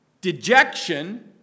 Dejection